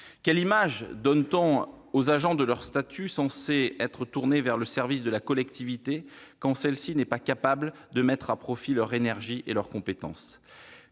Quelle image donne-t-on aux agents de leur statut, censé être tourné vers le service de la collectivité, quand celle-ci n'est pas capable de mettre à profit leur énergie et leurs compétences ?